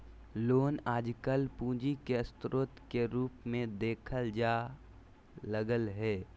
loan आजकल पूंजी के स्रोत के रूप मे देखल जाय लगलय हें